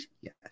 Yes